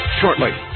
shortly